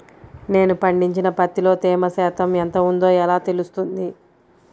నేను పండించిన పత్తిలో తేమ శాతం ఎంత ఉందో ఎలా తెలుస్తుంది?